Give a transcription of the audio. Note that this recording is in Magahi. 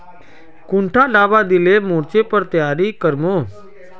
कुंडा दाबा दिले मोर्चे पर तैयारी कर मो?